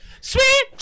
Sweet